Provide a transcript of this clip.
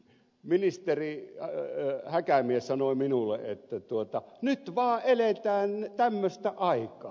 ministeri häkämies sanoi minulle että nyt vaan eletään tämmöistä aikaa